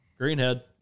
greenhead